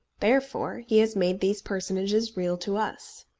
therefore he has made these personages real to us.